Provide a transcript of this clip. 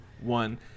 one